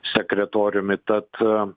sekretoriumi tad